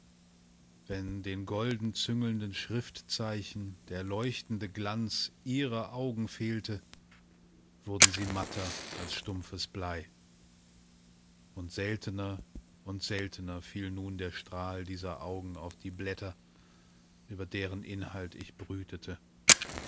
wenn den golden züngelnden schriftzeichen der leuchtende glanz ihrer augen fehlte wurden sie matter als stumpfes blei und seltener und seltener fiel nun der strahl dieser augen auf die blätter über deren inhalt ich brütete